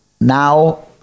now